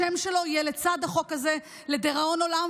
השם שלו יהיה לצד החוק הזה לדיראון עולם,